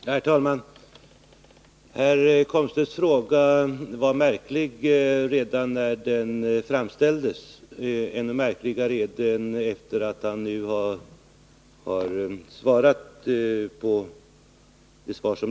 Herr talman! Herr Komstedts fråga var märklig redan när den framställdes. Ännu märkligare är den efter det att han nu kommenterat mitt svar.